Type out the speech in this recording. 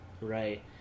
Right